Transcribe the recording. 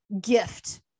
gift